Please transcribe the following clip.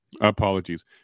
Apologies